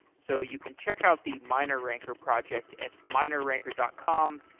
so you can check out the mineranker project at mineranker dot com.